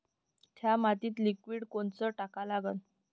थ्या मातीत लिक्विड कोनचं टाका लागन?